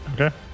Okay